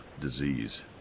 disease